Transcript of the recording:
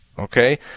okay